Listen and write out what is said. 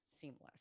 seamless